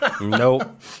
Nope